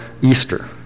Easter